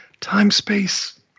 time-space